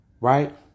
right